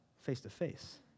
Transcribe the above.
face-to-face